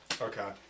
Okay